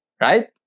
right